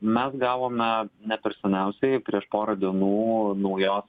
mes gavome ne per seniausiai prieš porą dienų naujos